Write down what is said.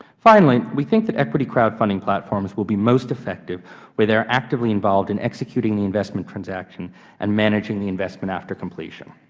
finally, we think that equity crowdfunding platforms will be most effective when they are actively involved in executing the investment transaction and managing the investment after completion.